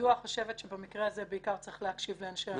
בידוע חושבת שבמקרה הזה בעיקר צריך להקשיב לאנשי המקצוע.